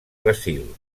brasil